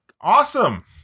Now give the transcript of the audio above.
Awesome